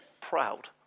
proud